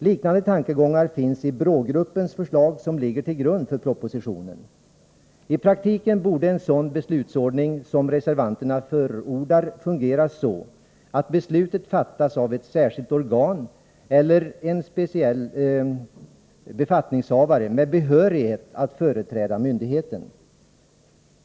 Liknande tankegångar finns i BRÅ-gruppens förslag, som ligger till grund för propositionen. I praktiken borde en sådan beslutsordning som reservanterna förordar fungera så, att beslutet fattas av ett särskilt organ eller en speciell befattningshavare med behörighet att företräda myndigheten.